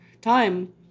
time